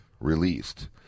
released